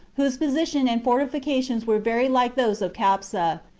whose position and for tifications were very like those of capsa,